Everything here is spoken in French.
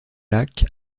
lac